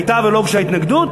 היה ולא תוגש התנגדות,